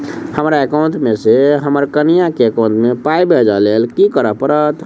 हमरा एकाउंट मे सऽ हम्मर कनिया केँ एकाउंट मै पाई भेजइ लेल की करऽ पड़त?